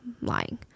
lying